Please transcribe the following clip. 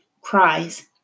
Cries